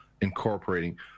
incorporating